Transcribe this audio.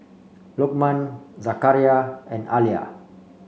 Lokman Zakaria and Alya